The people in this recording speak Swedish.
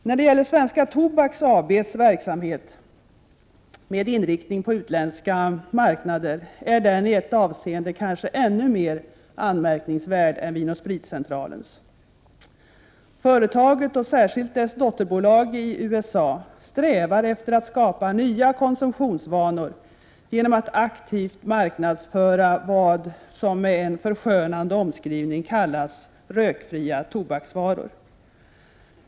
När det gäller Svenska Tobaks AB:s verksamhet med inriktning på utländska marknader är den i ett avseende kanske ännu mer anmärkningsvärd än Vin & Spritcentralens. Företaget — och särskilt dess dotterbolag i USA -— strävar efter att skapa nya konsumtionsvanor genom att aktivt marknadsföra vad som med en förskönande omskrivning kallas rökfria tobaksvaror.